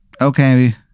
Okay